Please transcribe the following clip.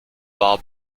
war